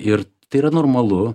ir tai yra normalu